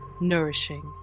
nourishing